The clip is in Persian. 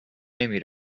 نمی